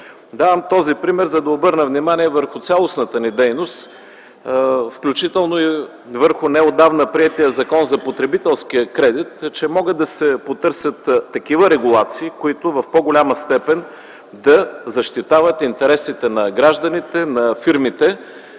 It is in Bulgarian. Давам този пример, за да обърна внимание върху цялостната ни дейност, включително и върху неотдавна приетия Закон за потребителския кредит, че могат да се потърсят такива регулации, които в по-голяма степен да защитават интересите на гражданите и на фирмите